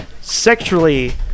sexually